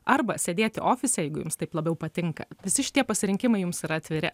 arba sėdėti ofise jeigu jums taip labiau patinka visi šitie pasirinkimai jums yra atviri